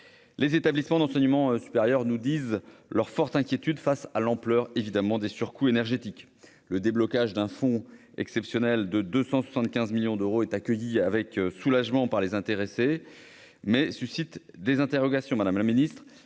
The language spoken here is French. Les établissements d'enseignement supérieur nous disent par ailleurs leur forte inquiétude face à l'ampleur des surcoûts énergétiques. Le déblocage d'un fonds exceptionnel doté de 275 millions d'euros est accueilli avec soulagement par les intéressés, mais suscite des interrogations. Madame la ministre,